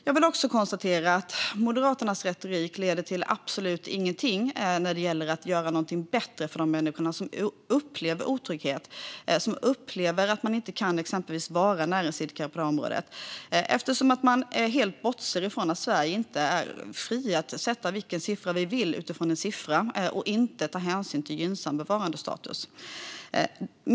Jag vill också konstatera att Moderaternas retorik leder till absolut ingenting när det gäller att göra någonting bättre för de människor som upplever otrygghet och som upplever att de exempelvis inte kan vara näringsidkare i området. Man bortser nämligen helt från att vi i Sverige inte är fria att sätta vilken siffra vi vill. Vi behöver ta hänsyn till gynnsam bevarandestatus.